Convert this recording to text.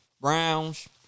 browns